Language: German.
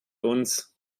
uns